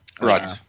Right